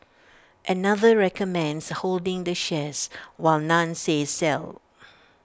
another recommends holding the shares while none says sell